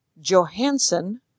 Johansson